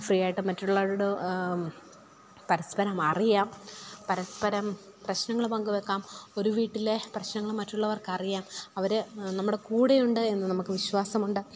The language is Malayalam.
ഫ്രീ ആയിട്ട് മറ്റുള്ളവരോട് പരസ്പ്പരം അറിയാം പരസ്പ്പരം പ്രശ്നങ്ങൾ പങ്ക് വെക്കാം ഒരു വീട്ടിലെ പ്രശ്നങ്ങൾ മറ്റുള്ളവർക്കറിയാം അവർ നമ്മുടെ കൂടെയുണ്ട് എന്ന് നമുക്ക് വിശ്വാസമുണ്ട്